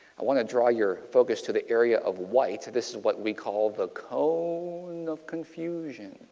i want to draw your focus to the area of white. this is what we call the cone so and of confusion.